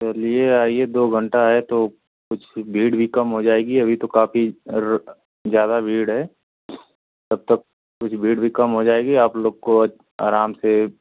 चलिए आइए दो घंटा है तो कुछ भीड़ भी कम हो जाएगी अभी तो काफी र ज्यादा भीड़ है तब तक कुछ भीड़ भी कम हो जाएगी आप लोग को आराम से